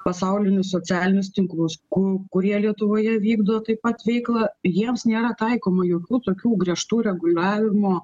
pasaulinius socialinius tinklusku kurie lietuvoje vykdo taip pat veiklą jiems nėra taikoma jokių tokių griežtų reguliavimo